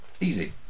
easy